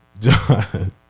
John